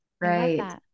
Right